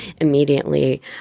immediately